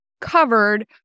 covered